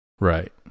Right